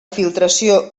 filtració